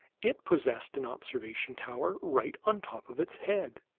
it possessed an observation tower right on top of its head.